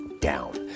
down